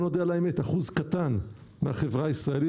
או שאתה עושה מילואים או שאתה מורה אצלנו בצוות'.